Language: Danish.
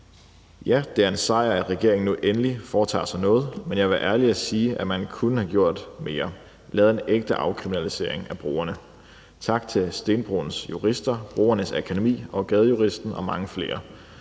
Ja, det er en sejr, at regeringen nu endelig foretager sig noget, men jeg vil være ærlig at sige, at man kunne have gjort mere. Man kunne have lavet en ægte afkriminalisering af brugerne. Tak til Stenbroens Jurister, Brugernes Akademi og Gadejuristen og mange flere.